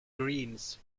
greens